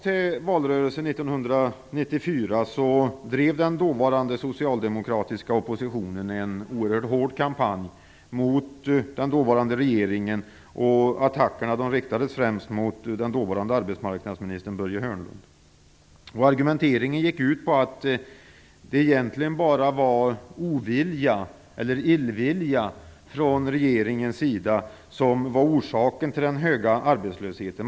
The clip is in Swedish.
I valrörelsen 1994 drev den dåvarande socialdemokratiska oppositionen en oerhört hård kampanj mot den dåvarande regeringen. Attackerna riktades främst mot dåvarande arbetsmarknadsministern Börje Hörnlund. Argumenteringen gick ut på att det egentligen bara var ovilja, eller illvilja från regeringens sida som var orsaken till den höga arbetslösheten.